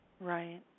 Right